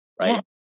right